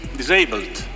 disabled